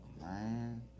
man